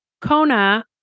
Kona